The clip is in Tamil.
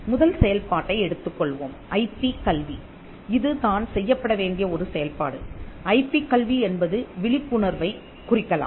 முதல் செயல்பாட்டை எடுத்துக்கொள்வோம் ஐபி கல்வி இதுதான் செய்யப்பட வேண்டிய ஒரு செயல்பாடு ஐபி கல்வி என்பது விழிப்புணர்வை குறிக்கலாம்